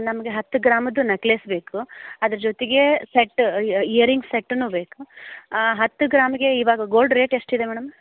ನಮಗೆ ಹತ್ತು ಗ್ರಾಮದ ನೆಕ್ಲೆಸ್ ಬೇಕು ಅದ್ರ ಜೊತೆಗೆ ಸೆಟ್ ಇಯರ್ ರಿಂಗ್ ಸೆಟ್ನೂ ಬೇಕು ಹತ್ತು ಗ್ರಾಮಿಗೆ ಇವಾಗ ಗೋಲ್ಡ್ ರೇಟ್ ಎಷ್ಟಿದೆ ಮೇಡಮ್